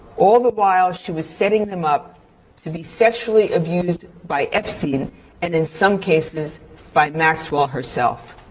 all the while she was setting them up to be sexually abused by epstein and in some cases by maxwell herself.